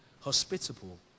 hospitable